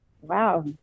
Wow